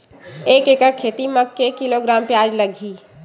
एक एकड़ खेती म के किलोग्राम प्याज लग ही?